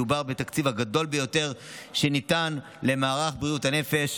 מדובר בתקציב הגדול ביותר שניתן למערך בריאות הנפש